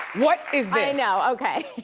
what is this? i know, okay.